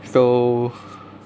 so